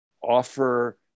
offer